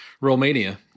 Romania